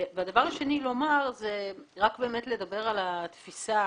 והדבר השני זה רק באמת לדבר על התפיסה